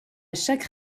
chaque